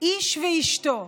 "איש ואשתו".